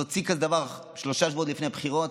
להוציא כזה דבר שלושה שבועות לפני בחירות